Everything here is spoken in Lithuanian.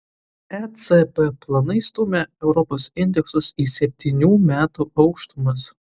ecb planai stumia europos indeksus į septynių metų aukštumas